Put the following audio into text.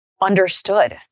understood